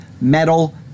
metal